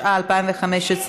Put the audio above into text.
התשע"ה 2015,